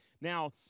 Now